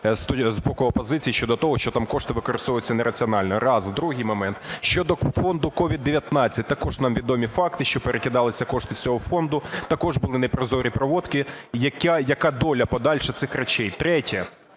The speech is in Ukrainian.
з боку опозиції щодо того, що там кошти використовуються нераціонально. Раз. Другий момент. Щодо фонду СOVID-19 також нам відомі факти, що перекидалися кошти з цього фонду, також були непрозорі проводки. Яка доля подальша цих речей? Третє.